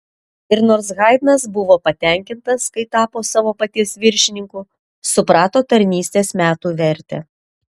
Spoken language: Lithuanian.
ir nors haidnas buvo patenkintas kai tapo savo paties viršininku suprato tarnystės metų vertę